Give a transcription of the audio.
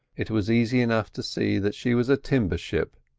it was easy enough to see that she was a timber ship,